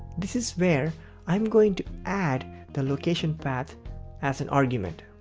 this is where i am going to add the location path as an argument.